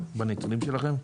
בנתונים שלכם?